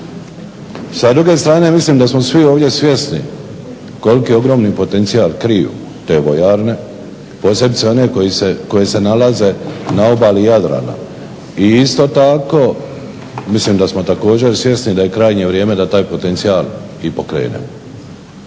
Sa druge strane mislim da smo svi ovdje svjesni koliki je ogromni potencijal kriju te vojarne, posebice one koje se nalaze na obali Jadrana i isto tako, mislim da smo također svjesni da je krajnje vrijeme da taj potencijal i pokrenemo.